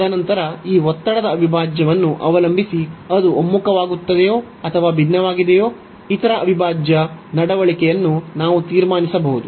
ತದನಂತರ ಈ ಒತ್ತಡದ ಅವಿಭಾಜ್ಯವನ್ನು ಅವಲಂಬಿಸಿ ಅದು ಒಮ್ಮುಖವಾಗುತ್ತದೆಯೋ ಅಥವಾ ಭಿನ್ನವಾಗಿದೆಯೋ ಇತರ ಅವಿಭಾಜ್ಯ ನಡವಳಿಕೆಯನ್ನು ನಾವು ತೀರ್ಮಾನಿಸಬಹುದು